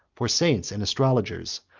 for saints and astrologers,